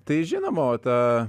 tai žinoma o ta